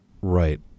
Right